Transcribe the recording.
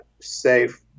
safe